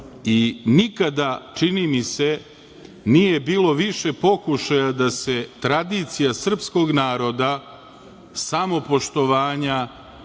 i nikada, čini mi se, nije bilo više pokušaja da se tradicija sprskog naroda, samopoštovanja